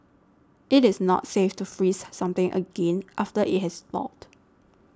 it is not safe to freeze something again after it has thawed